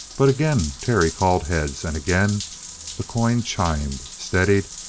but again terry called heads, and again the coin chimed, steadied,